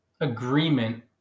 agreement